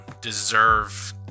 deserve